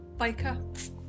Biker